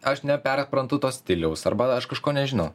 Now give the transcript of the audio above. aš neperprantu to stiliaus arba aš kažko nežinau